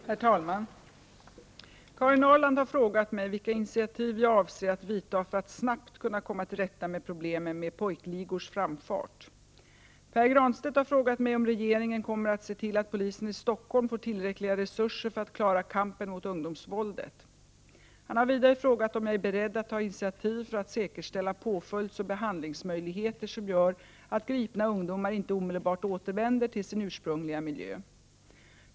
Herr talman! Karin Ahrland har frågat mig vilka initiativ jag avser att vidta för att snabbt kunna komma till rätta med problemen med pojkligors framfart. Pär Granstedt har frågat mig om regeringen kommer att se till att polisen i Stockholm får tillräckliga resurser för att klara kampen mot ungdomsvåldet. Han har vidare frågat om jag är beredd att ta initiativ för att säkerställa påföljdsoch behandlingsmöjligheter som gör att gripna ungdomar inte omedelbart återvänder till sin ursprungliga miljö.